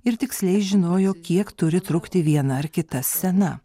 ir tiksliai žinojo kiek turi trukti viena ar kita scena